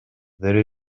there